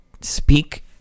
speak